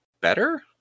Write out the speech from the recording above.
better